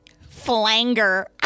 Flanger